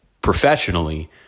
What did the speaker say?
professionally